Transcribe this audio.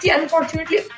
Unfortunately